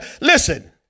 Listen